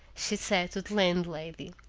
she said to the landlady,